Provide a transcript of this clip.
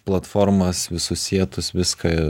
platformas visus sietus viską